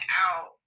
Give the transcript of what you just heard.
out